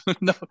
No